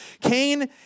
Cain